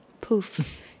poof